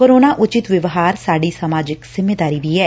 corona ਉਚਿਤ ਵਿਵਹਾਰ ਸਾਡੀ ਸਮਾਜਿਕ ਜਿੰਮੇਵਾਰੀ ਵੀ ਐ